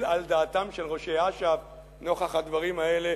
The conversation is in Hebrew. על דעתם של ראשי אש"ף נוכח הדברים האלה,